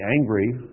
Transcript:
angry